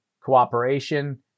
cooperation